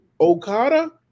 Okada